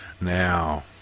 now